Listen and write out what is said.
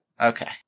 Okay